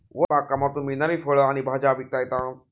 one बागकामातून मिळणारी फळं आणि भाज्या विकता येतात